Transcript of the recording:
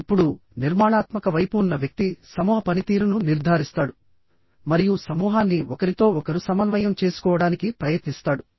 ఇప్పుడు నిర్మాణాత్మక వైపు ఉన్న వ్యక్తి సమూహ పనితీరును నిర్ధారిస్తాడు మరియు సమూహాన్ని ఒకరితో ఒకరు సమన్వయం చేసుకోవడానికి ప్రయత్నిస్తాడు